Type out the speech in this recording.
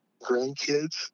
grandkids